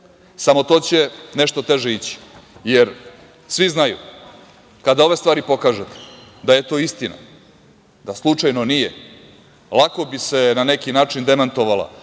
Samo to će nešto teže ići, jer svi znaju kada ove stvari pokažete, da je to istina, da slučajno nije lako bi se na neki način demantovala